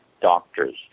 doctors